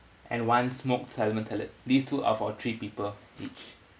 and one smoked salmon salad these two are for three people each